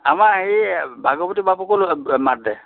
আমাৰ সেই ভাগৱতী বাবুকো মাত দে